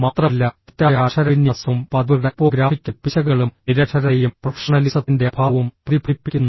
മാത്രമല്ല തെറ്റായ അക്ഷരവിന്യാസവും പതിവ് ടൈപ്പോഗ്രാഫിക്കൽ പിശകുകളും നിരക്ഷരതയും പ്രൊഫഷണലിസത്തിന്റെ അഭാവവും പ്രതിഫലിപ്പിക്കുന്നു